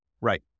Right